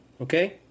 Okay